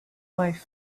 wife